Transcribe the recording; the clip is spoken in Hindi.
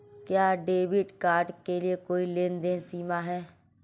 क्या डेबिट कार्ड के लिए कोई लेनदेन सीमा है?